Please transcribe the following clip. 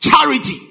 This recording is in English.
Charity